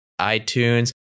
iTunes